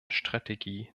strategie